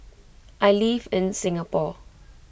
I live in Singapore